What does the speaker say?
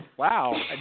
wow